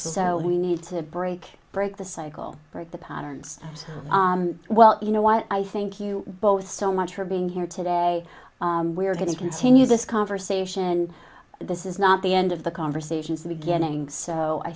so we need to break break the cycle break the patterns well you know what i think you both so much for being here today we're going to continue this conversation and this is not the end of the conversations the beginning so i